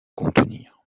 contenir